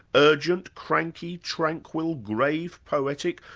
urgent, cranky, tranquil, grave, poetic,